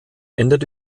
ändert